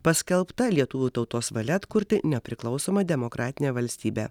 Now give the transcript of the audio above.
paskelbta lietuvių tautos valia atkurti nepriklausomą demokratinę valstybę